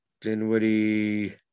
Dinwiddie